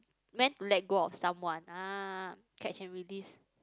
meant to let go of someone ah catch and release